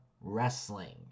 wrestling